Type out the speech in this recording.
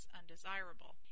undesirable